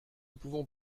pouvons